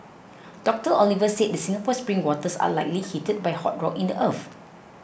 Doctor Oliver said the Singapore spring waters are likely heated by hot rock in the earth